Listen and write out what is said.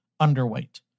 underweight